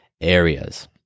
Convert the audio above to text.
areas